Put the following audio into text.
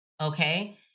okay